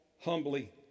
humbly